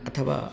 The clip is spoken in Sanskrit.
अथवा